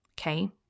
Okay